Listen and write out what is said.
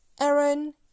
Aaron